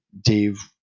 Dave